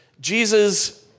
Jesus